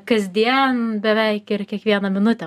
kasdien beveik ir kiekvieną minutę